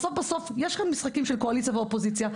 בסוף יש כאן משחקים של קואליציה ואופוזיציה,